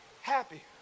happy